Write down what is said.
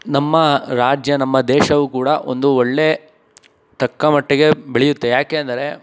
ನಮ್ಮ ರಾಜ್ಯ ನಮ್ಮ ದೇಶವೂ ಕೂಡ ಒಂದು ಒಳ್ಳೆಯ ತಕ್ಕಮಟ್ಟಿಗೆ ಬೆಳೆಯುತ್ತೆ ಯಾಕೆ ಅಂದರೆ